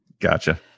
gotcha